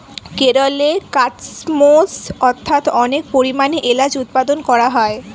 কেরলে কার্ডমমস্ অর্থাৎ অনেক পরিমাণে এলাচ উৎপাদন করা হয়